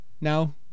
now